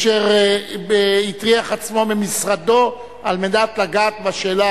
אשר הטריח עצמו ממשרדו על מנת לגעת בשאלה